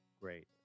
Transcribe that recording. great